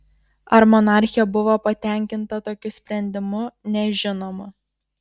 ar monarchė buvo patenkinta tokiu sprendimu nežinoma